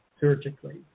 surgically